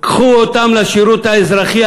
קחו אותם לשירות האזרחי,